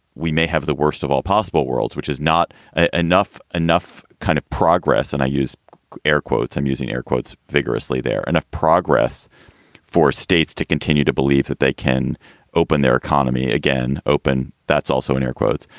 we may have the worst of all possible worlds, which is not ah enough enough kind of progress. and i use air quotes. i'm using air quotes vigorously there and progress for states to continue to believe that they can open their economy again open. that's also in air quotes,